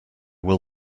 will